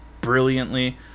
brilliantly